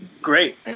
great